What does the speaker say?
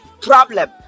problem